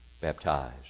baptized